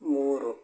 ಮೂರು